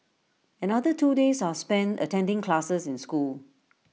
another two days are spent attending classes in school